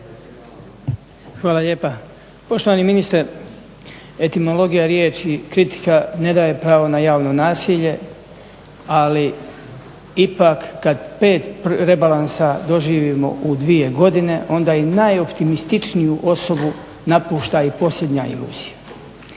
Hvala lijepa. Poštovani ministre, etimologija riječi, kritika ne daje pravo na javno nasilje, ali ipak kada 5 rebalansa doživimo u 2 godine, onda i najoptimističniju osobu napušta i posljednja iluzija.